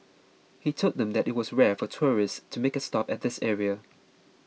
he told them that it was rare for tourists to make a stop at this area